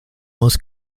most